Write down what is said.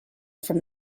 from